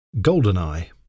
Goldeneye